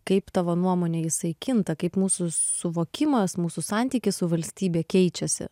kaip tavo nuomone jisai kinta kaip mūsų suvokimas mūsų santykis su valstybe keičiasi